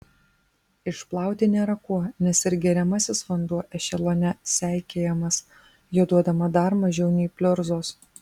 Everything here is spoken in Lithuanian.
išplauti nėra kuo nes ir geriamasis vanduo ešelone seikėjamas jo duodama dar mažiau nei pliurzos